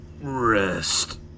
Rest